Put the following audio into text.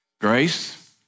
grace